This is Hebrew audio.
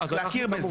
צריך להכיר בזה.